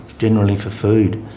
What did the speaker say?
generally for food.